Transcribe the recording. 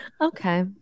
Okay